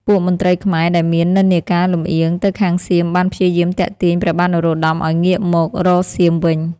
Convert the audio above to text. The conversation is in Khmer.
ពួកមន្ត្រីខ្មែរដែលមាននិន្នាការលំអៀងទៅខាងសៀមបានព្យាយាមទាក់ទាញព្រះបាទនរោត្តមឲ្យងាកមករកសៀមវិញ។